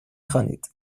خوانید